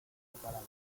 separada